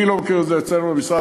אני לא מכיר את זה אצלנו במשרד.